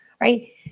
right